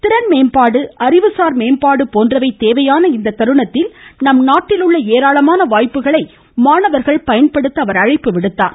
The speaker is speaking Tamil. திறன் மேம்பாடு அறிவுசார் மேம்பாடு போன்றவை தேவையான இத்தருணத்தில் நம் நாட்டில் உள்ள ஏராளமான வாய்ப்புகளை மாணவர்கள் பயன்படுத்த அவர் அழைப்பு விடுத்தார்